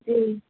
جی